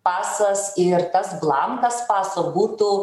pasas ir tas blankas paso būtų